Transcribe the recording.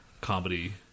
comedy